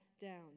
down